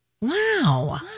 Wow